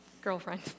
Girlfriend